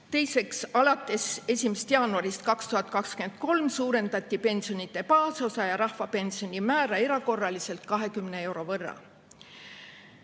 Teiseks, alates 1. jaanuarist 2023 suurendati pensionide baasosa ja rahvapensioni määra erakorraliselt 20 euro võrra.